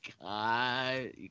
god